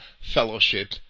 fellowship